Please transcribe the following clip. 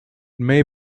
may